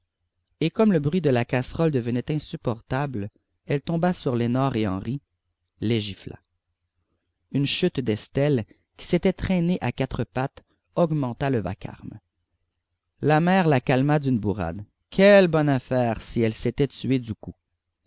et comme le bruit de la casserole devenait insupportable elle tomba sur lénore et henri les gifla une chute d'estelle qui s'était traînée à quatre pattes augmenta le vacarme la mère la calma d'une bourrade quelle bonne affaire si elle s'était tuée du coup